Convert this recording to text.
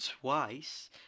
Twice